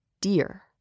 dear